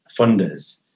funders